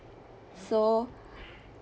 so